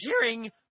hearing